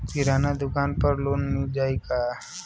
किराना दुकान पर लोन मिल जाई का?